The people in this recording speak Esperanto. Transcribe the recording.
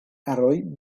aroj